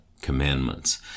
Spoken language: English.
commandments